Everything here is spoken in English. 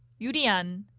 yoo li-an,